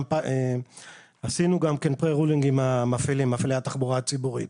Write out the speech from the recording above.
גם עשינו pre-ruling עם מפעילי התחבורה הציבורית.